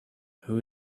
who